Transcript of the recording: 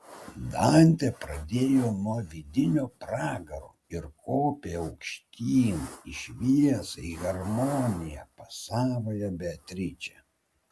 dantė pradėjo nuo vidinio pragaro ir kopė aukštyn į šviesą į harmoniją pas savąją beatričę